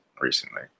recently